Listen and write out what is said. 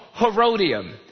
Herodium